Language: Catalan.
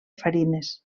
farines